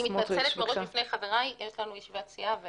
אני מתנצלת מראש בפני חברי, יש לנו ישיבת סיעה.